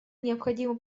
необходимо